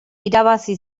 irabazi